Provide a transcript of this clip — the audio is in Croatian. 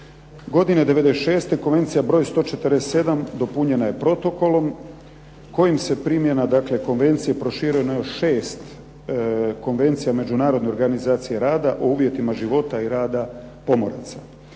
Godine 96. Konvencija broj 147 dopunjena je protokolom kojim se primjena konvencije proširuje na još šest konvencija Međunarodne organizacije rada o uvjetima života i rada pomoraca.